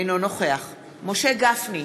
אינו נוכח משה גפני,